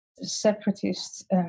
separatist